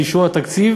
לאישור התקציב